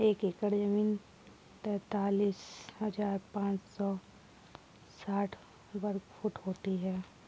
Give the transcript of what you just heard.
एक एकड़ जमीन तैंतालीस हजार पांच सौ साठ वर्ग फुट होती है